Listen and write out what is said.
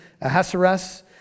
Ahasuerus